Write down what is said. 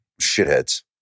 shitheads